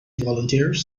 volunteers